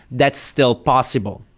that's still possible.